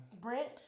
Brent